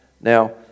Now